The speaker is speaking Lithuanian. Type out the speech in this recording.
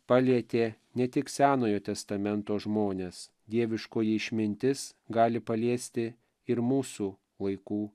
palietė ne tik senojo testamento žmones dieviškoji išmintis gali paliesti ir mūsų laikų